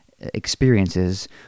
experiences